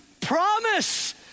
promise